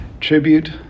tribute